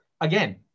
again